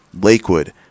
Lakewood